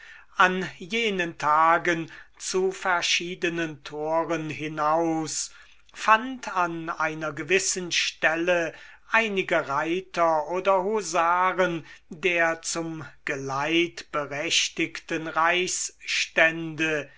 an jenen tagen zu verschiedenen toren hinaus fand an einer gewissen stelle einige reiter oder husaren der zum geleit berechtigten